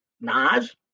Nas